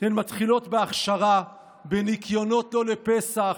הן מתחילות בהכשרה, בניקיונות לא לפסח,